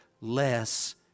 less